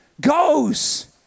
goes